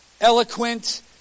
eloquent